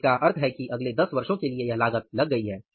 तो इसका मतलब है कि अगले 10 वर्षों के लिए यह लागत लग गई है